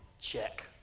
Check